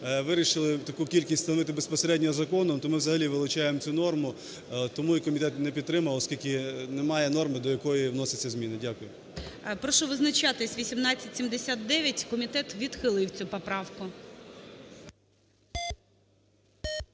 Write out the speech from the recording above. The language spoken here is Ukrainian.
вирішили таку кількість встановити безпосередньо законом, то ми взагалі вилучаємо цю норму, тому і комітет не підтримав, оскільки немає норми до якої вносяться зміни. Дякую. ГОЛОВУЮЧИЙ. Прошу визначатись. 1879. Комітет відхилив цю поправку.